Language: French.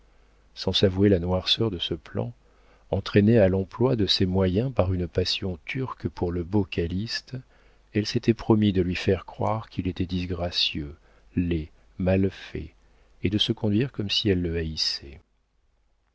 sans s'avouer la noirceur de ce plan entraînée à l'emploi de ces moyens par une passion turque pour le beau calyste elle s'était promis de lui faire croire qu'il était disgracieux laid mal fait et de se conduire comme si elle le haïssait